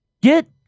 Get